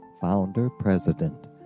founder-president